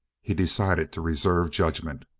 he decided to reserve judgment.